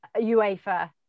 UEFA